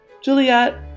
Juliet